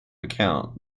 account